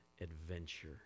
adventure